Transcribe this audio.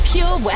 Pure